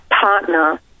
partner